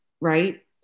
right